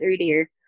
earlier